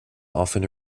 often